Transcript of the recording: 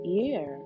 year